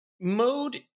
mode